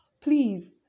Please